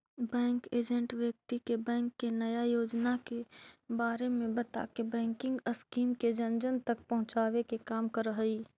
bank agent व्यक्ति के bank के नया योजना के बारे में बताके बैंकिंग स्कीम के जन जन तक पहुंचावे के काम करऽ हइ